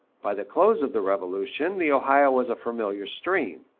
by the close of the revolution, the ohio was a familiar stream.